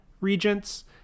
regents